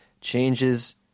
changes